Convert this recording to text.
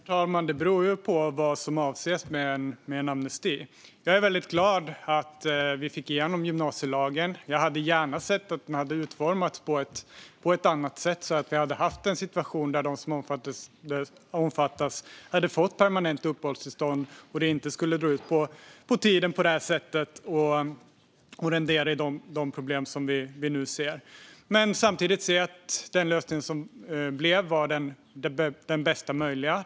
Herr talman! Det beror på vad som avses med en amnesti. Jag är väldigt glad över att vi fick igenom gymnasielagen. Jag hade gärna sett att den hade utformats på ett annat sätt så att vi hade fått en situation där de som omfattas får permanent uppehållstillstånd och det inte hade dragit ut på tiden på det här sättet och renderat de problem som vi nu ser. Samtidigt ser jag att den lösning som blev var den bästa möjliga.